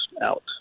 out